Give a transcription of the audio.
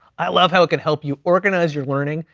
i love how it can help you organize your learning,